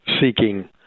seeking